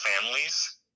families